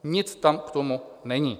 Nic tam k tomu není.